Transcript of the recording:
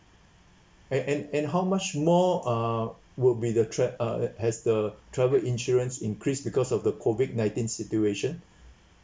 and and and how much more uh would be the tra~ uh has the travel insurance increased because of the COVID nineteen situation